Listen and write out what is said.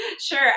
Sure